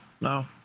no